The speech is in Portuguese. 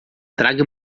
traga